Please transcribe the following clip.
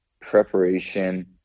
preparation